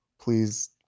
Please